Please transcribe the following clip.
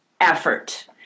effort